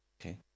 Okay